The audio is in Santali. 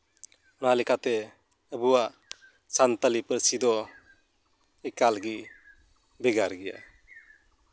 ᱚᱱᱟ ᱞᱮᱠᱟᱛᱮ ᱟᱵᱚᱣᱟᱜ ᱥᱟᱱᱛᱟᱲᱤ ᱯᱟᱹᱨᱥᱤ ᱫᱚ ᱮᱠᱟᱞ ᱜᱮ ᱵᱷᱮᱜᱟᱨ ᱜᱮᱭᱟ